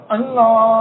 Allah